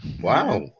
Wow